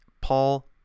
Paul